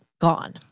gone